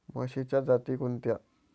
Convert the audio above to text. म्हशीच्या जाती कोणत्या?